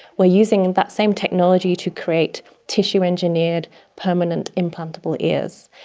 are using that same technology to create tissue-engineered permanent implantable ears.